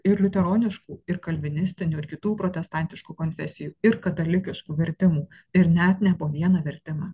ir liuteroniškų ir kalvinistinių ir kitų protestantiškų konfesijų ir katalikiškų vertimų ir net ne po vieną vertimą